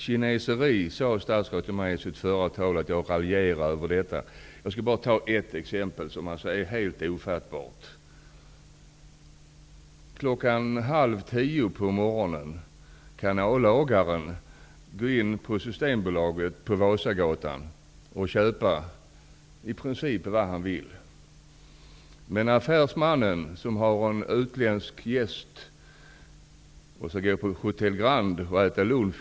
Statsrådet sade i sitt förra inlägg att jag raljerar över detta kineseri. Men jag skall ge ett exempel som är helt ofattbart. Halv tio på morgonen kan a-lagaren gå in på Systembolaget på Vasagatan och köpa i princip vad han vill. Men affärsmannen som skall äta lunch med en utländsk gäst på Grand Hotel kl.